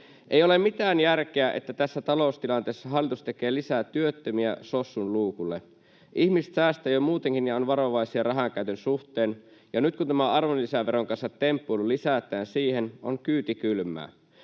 Ei ole mitään järkeä, että tässä taloustilanteessa hallitus tekee lisää työttömiä sossun luukulle. Ihmiset säästävät jo muutenkin ja ovat varovaisia rahankäytön suhteen, ja nyt kun tämä arvonlisäveron kanssa temppuilu lisätään siihen, on kyyti kylmää.